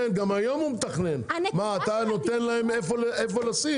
גם היום הוא מתכנן, אתה אומר להם איפה לשים.